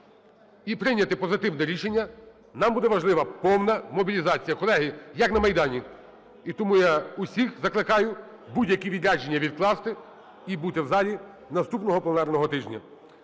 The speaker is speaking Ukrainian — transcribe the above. і прийняти позитивне рішення. Нам буде важлива повна мобілізація. Колеги, як на Майдані. І тому я усіх закликаю будь-які відрядження відкласти і бути в залі наступного пленарного тижня.